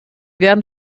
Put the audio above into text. werden